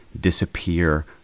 disappear